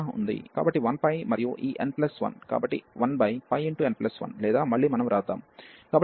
కాబట్టి 1 మరియు ఈ n 1 కాబట్టి 1n1 లేదా మళ్ళీ మనం వ్రాద్దాం